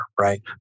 right